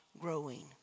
growing